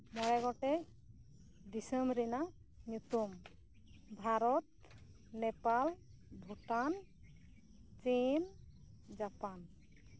ᱢᱚᱲᱮ ᱜᱚᱴᱮᱡ ᱫᱤᱥᱟᱹᱢ ᱨᱮᱱᱟᱜ ᱧᱩᱛᱩᱢ ᱵᱷᱟᱨᱚᱛ ᱱᱮᱯᱟᱞ ᱵᱷᱩᱴᱟᱱ ᱪᱤᱱ ᱡᱟᱯᱟᱱ